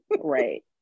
Right